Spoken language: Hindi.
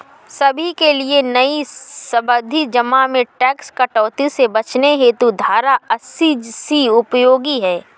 सभी के लिए नई सावधि जमा में टैक्स कटौती से बचने हेतु धारा अस्सी सी उपयोगी है